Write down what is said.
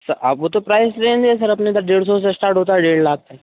sir आपको तो price range है सर अपने तो डेढ़ सौ से स्टार्ट होता है डेढ़ लाख तक